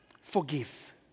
Forgive